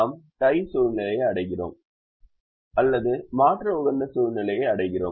நாம் டை சூழ்நிலையை அடைகிறோம் அல்லது மாற்று உகந்த சூழ்நிலையை அடைகிறோம்